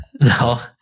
No